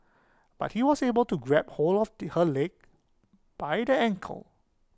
but he was able to grab hold of he her leg by the ankle